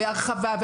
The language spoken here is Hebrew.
הרחבה,